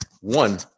one